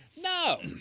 No